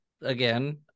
again